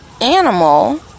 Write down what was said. animal